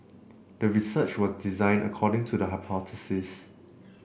the research was designed according to the hypothesis